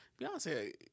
Beyonce